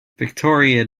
victoria